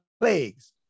plagues